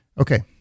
Okay